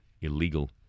illegal